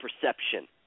perception